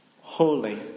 Holy